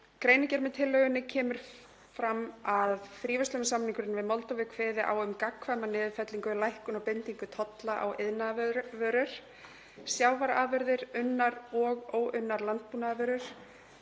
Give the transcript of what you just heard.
greinargerð með tillögunni kemur fram að fríverslunarsamningurinn við Moldóvu kveði á um gagnkvæma niðurfellingu, lækkun og bindingu tolla á iðnaðarvörur, sjávarafurðir og unnar og óunnar landbúnaðarvörur.